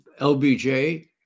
LBJ